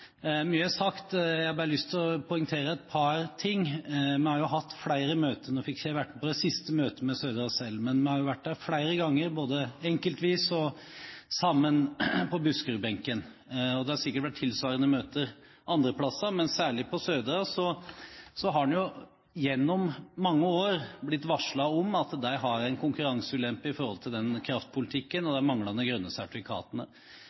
Mye er sagt. Jeg har bare lyst til å poengtere et par ting. Vi har hatt flere møter med Södra Cell. Nå fikk ikke jeg vært med på det siste møtet, men vi har vært der flere ganger både enkeltvis og sammen fra Buskerud-benken. Det har sikkert vært tilsvarende møter andre plasser, men særlig på Södra har en gjennom mange år blitt varslet om at de har en konkurranseulempe på grunn av kraftpolitikken og